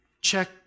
check